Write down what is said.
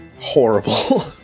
horrible